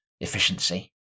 efficiency